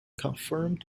confirmed